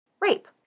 rape